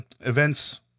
events